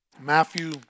Matthew